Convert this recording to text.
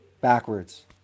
backwards